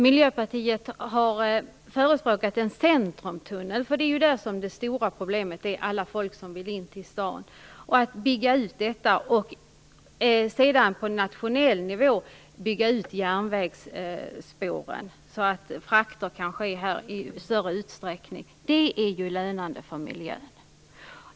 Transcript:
Miljöpartiet har förespråkat en centrumtunnel, för det är ju där som det stora problemet finns med alla människor som vill in till stan. Sedan bör man på nationell nivå bygga ut järnvägsspåren så att frakter kan ske där i större utsträckning. Det vore lönande för miljön.